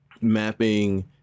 mapping